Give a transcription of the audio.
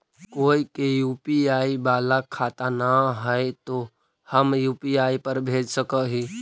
कोय के यु.पी.आई बाला खाता न है तो हम यु.पी.आई पर भेज सक ही?